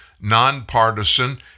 nonpartisan